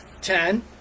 ten